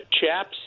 Chaps